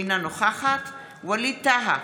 אינה נוכחת ווליד טאהא,